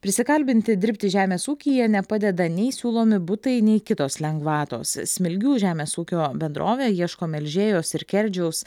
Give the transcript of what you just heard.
prisikalbinti dirbti žemės ūkyje nepadeda nei siūlomi butai nei kitos lengvatos smilgių žemės ūkio bendrovė ieško melžėjos ir kerdžiaus